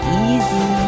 easy